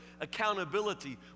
accountability